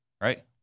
right